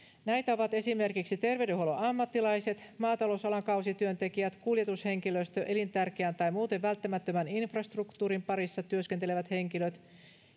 näitä ovat esimerkiksi terveydenhuollon ammattilaiset maatalousalan kausityöntekijät kuljetushenkilöstö elintärkeän tai muuten välttämättömän infrastruktuurin parissa työskentelevät henkilöt